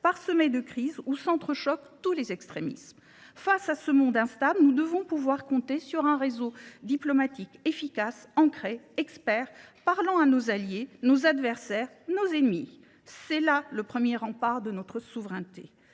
parsemé de crises, où s’entrechoquent tous les extrémismes. Dans ce monde instable, nous devons pouvoir compter sur un réseau diplomatique efficace, ancré, expert, parlant à nos alliés, nos adversaires et nos ennemis. C’est là le premier rempart de notre souveraineté.